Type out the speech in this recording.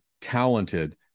talented